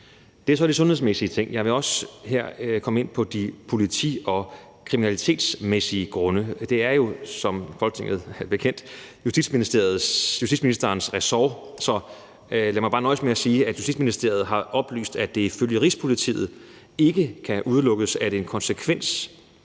Det er så de sundhedsmæssige ting. Jeg vil også her komme ind på de politi- og kriminalitetsmæssige grunde. Det er jo, som det er Folketinget bekendt, justitsministerens ressort, så lad mig bare nøjes med at sige, at Justitsministeriet har oplyst, at det ifølge Rigspolitiet ikke kan udelukkes, at en af konsekvenserne